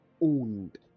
owned